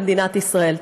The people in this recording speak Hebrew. במדינת ישראל.